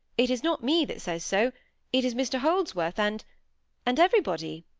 it is not me that says so it is mr holdsworth, and and everybody